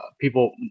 people